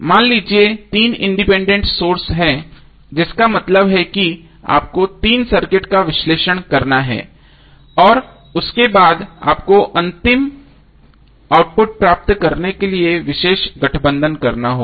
मान लीजिए कि 3 इंडिपेंडेंट सोर्स हैं जिसका मतलब है कि आपको 3 सर्किट का विश्लेषण करना है और उसके बाद आपको अंतिम आउटपुट प्राप्त करने के लिए गठबंधन करना होगा